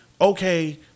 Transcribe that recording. okay